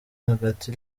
hagati